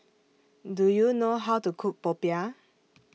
Do YOU know How to Cook Popiah